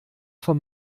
von